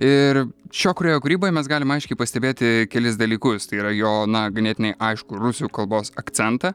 ir šio kūrėjo kūryboje mes galim aiškiai pastebėti kelis dalykus tai yra jo na ganėtinai aiškų rusų kalbos akcentą